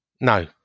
no